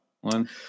One